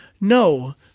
No